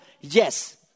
Yes